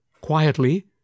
Quietly